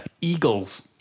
Eagles